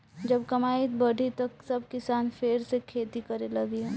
जब कमाई बढ़ी त सब किसान फेर से खेती करे लगिहन